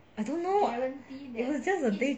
I don't know it was just a day